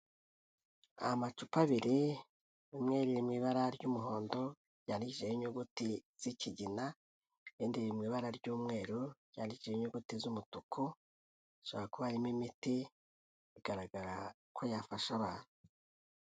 Amacupa abiri rimwe riri mu ibara ry'umuhondo, ryandikishijeho inyuguti z'ikigina, irindi riri mu ibara ry'umweru ryandiikishijweho inyuguti z'umutuku, hashobora kuba harimo imiti bigaragara ko yafasha abantu.